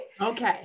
Okay